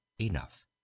enough